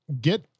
get